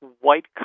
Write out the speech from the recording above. white